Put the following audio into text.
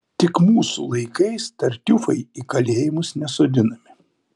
tik mūsų laikais tartiufai į kalėjimus nesodinami